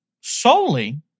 solely